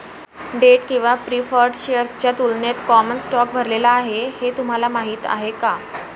Date किंवा preferred शेअर्सच्या तुलनेत कॉमन स्टॉक भरलेला आहे हे तुम्हाला माहीत आहे का?